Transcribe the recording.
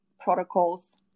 protocols